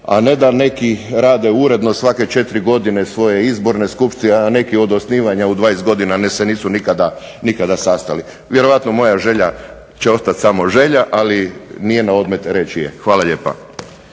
Ne da neki rade uredno svake 4 godine svoje izborne skupštine, a neki od osnivanja 20 godina se nisu nikada sastali. Vjerojatno moja želja će ostati samo želja, ali nije na odmet reći je. Hvala lijepa.